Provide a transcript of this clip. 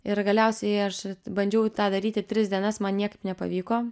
ir galiausiai aš bandžiau tą daryti tris dienas man niekaip nepavyko